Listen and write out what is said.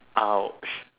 !ouch!